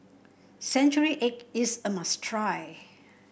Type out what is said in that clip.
Century Egg is a must try